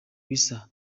bisa